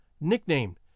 nicknamed